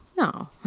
no